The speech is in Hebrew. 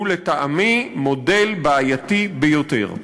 שהוא לטעמי מודל בעייתי ביותר.